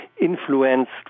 influenced